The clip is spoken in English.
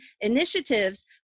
initiatives